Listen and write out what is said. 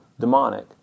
demonic